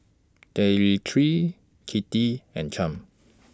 Demetri Kitty and Champ